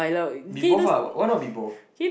be both lah why not be both